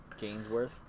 Gainsworth